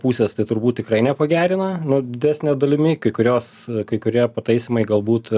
pusės tai turbūt tikrai nepagerina nu didesne dalimi kai kurios kai kurie pataisymai galbūt